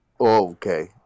Okay